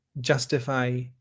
justify